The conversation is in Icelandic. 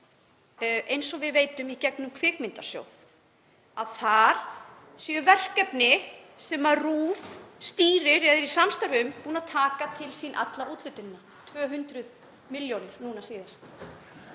eins og við veitum í gegnum Kvikmyndasjóð, þar eru verkefni sem RÚV stýrir eða er í samstarfi um búin að taka til sín alla úthlutunina, 200 milljónir núna síðast.